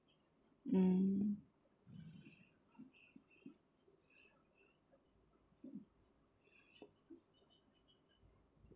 mm